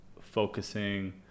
focusing